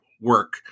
work